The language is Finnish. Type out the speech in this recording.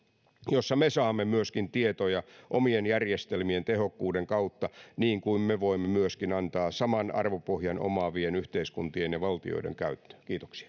myöskin me saamme tietoja omien järjestelmiemme tehokkuuden kautta niin kuin me voimme myöskin antaa saman arvopohjan omaavien yhteiskuntien ja valtioiden käyttöön kiitoksia